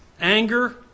Anger